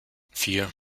vier